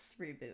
reboot